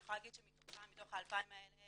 אני יכולה להגיד שמתוך ה-2,000 האלה